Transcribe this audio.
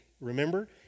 remember